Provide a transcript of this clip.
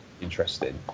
interesting